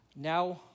Now